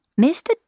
Mr